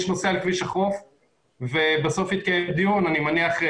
שנוסע על כביש החוף ובעוד כמה שנים יתקיים דיון בוועדת